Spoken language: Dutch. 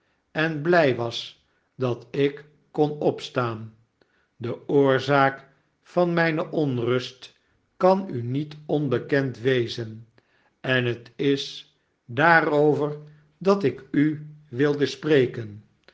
en blij was dat ik kon opstaan de oorzaak van mijne onrust kan u niet onbekend wezen en het is daar over dat ik u wilde spreken